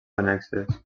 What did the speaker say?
annexes